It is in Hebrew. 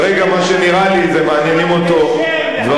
כרגע מה שנראה לי זה שמעניינים אותו דברים.